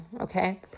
okay